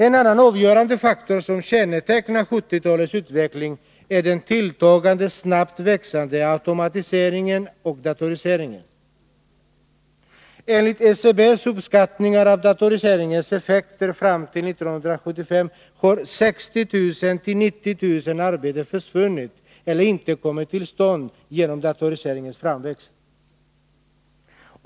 En annan avgörande faktor som kännetecknar 1970-talets utveckling är den tilltagande, snabbt växande automatiseringen och datoriseringen. Enligt SCB:s uppskattningar av datoriseringens effekter fram till 1975 har 60 000 till 90 000 arbeten försvunnit eller inte kommit till stånd genom datoriseringens framväxt.